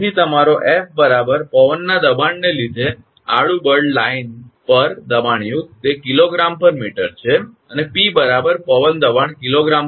તેથી તમારો 𝐹 પવનના દબાણને લીધે આડુ બળ લાઇન પર દબાણયુક્ત તે 𝐾𝑔 𝑚 છે અને 𝑝 પવન દબાણ 𝐾𝑔 𝑚2